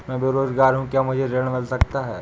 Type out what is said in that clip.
मैं बेरोजगार हूँ क्या मुझे ऋण मिल सकता है?